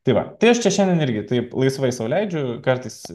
tai va tai aš čia šiandien irgi taip laisvai sau leidžiu kartais